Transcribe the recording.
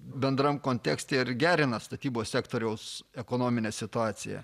bendram kontekste ir gerina statybos sektoriaus ekonominę situaciją